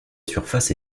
surface